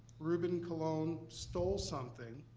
ruben colon stole something.